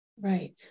Right